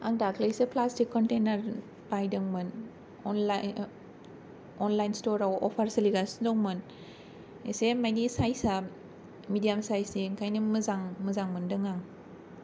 आं दाख्लैसो plastic container बायदोंमोन अनलाइन स्टार आव अफार सोलिगासिनो दंमोन एसे मानि सायसा मेडियाम सायसनि ओंखायनो मोजां मोजां मोनदों आं